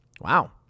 Wow